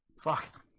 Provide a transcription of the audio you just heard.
Fuck